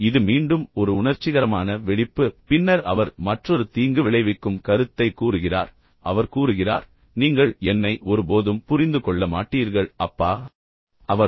இப்போது இது மீண்டும் ஒரு உணர்ச்சிகரமான வெடிப்பு பின்னர் அவர் மற்றொரு தீங்கு விளைவிக்கும் கருத்தை கூறுகிறார் அவர் கூறுகிறார் நீங்கள் என்னை ஒருபோதும் புரிந்து கொள்ள மாட்டீர்கள் அப்பா ஒருபோதும் புரிந்து கொள்ள மாட்டீர்கள் ஒருபோதும்